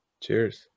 Cheers